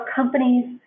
companies